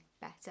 better